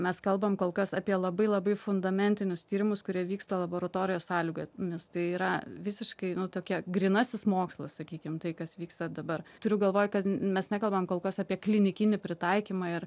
mes kalbam kol kas apie labai labai fundamentinius tyrimus kurie vyksta laboratorijos sąlygomis tai yra visiškai nu tuokia grynasis mokslas sakykim tai kas vyksta dabar turiu galvoj kad mes nekalbam kol kas apie klinikinį pritaikymą ir